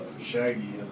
Shaggy